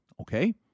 Okay